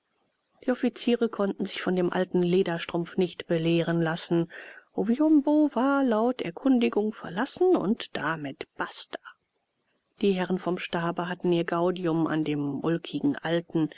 die offiziere konnten sich von dem alten lederstrumpf nicht belehren lassen oviumbo war laut erkundigung verlassen und damit basta die herren vom stabe hatten ihr gaudium an dem ulkigen alten